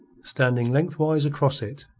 standing lengthwise across it.